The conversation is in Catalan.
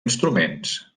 instruments